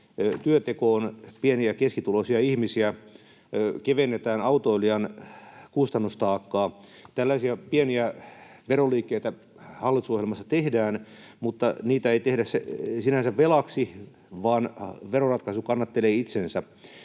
työntekoon pieni- ja keskituloisia ihmisiä, kevennetään autoilijan kustannustaakkaa. Tällaisia pieniä veroliikkeitä hallitusohjelmassa tehdään, mutta niitä ei tehdä sinänsä velaksi, vaan veroratkaisu kannattelee itsensä.